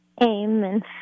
Amen